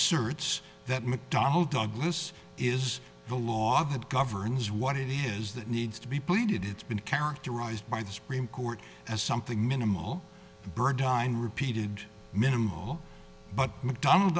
asserts that mcdonnell douglas is the law that governs what it is that needs to be pleaded it's been characterized by the supreme court as something minimal bred dein repeated minimal but mcdon